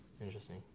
Interesting